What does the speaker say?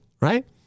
right